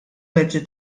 mezzi